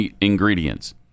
ingredients